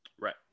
Right